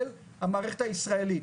של המערכת הישראלית,